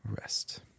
rest